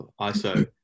ISO